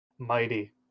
Mighty